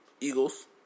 Eagles